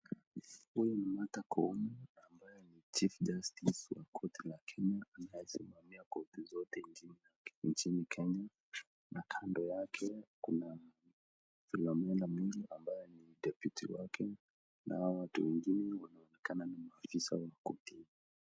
Huyu ni Martha Koome ambaye ni chief justice wa koti la Kenya anayesimamia koti zote nchini Kenya, na kando yake kuna Philomena Mwilu ambaye ni deputy wake na hao watu wengine wanaonekana ni maafisa wa koti hii.